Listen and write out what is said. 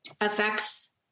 affects